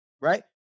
right